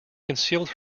concealed